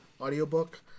audiobook